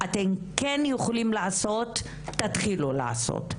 אני לא מעזה אפילו לצפור,